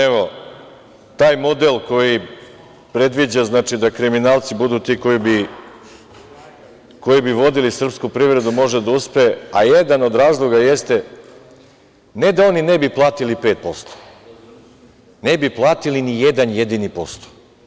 Evo, taj model koji predviđa da kriminalci budu ti koji bi vodili srpsku privredu može da uspe, a jedan od razloga jeste ne da oni ne bi platili 5%, ne bi platili ni jedan jedini posto.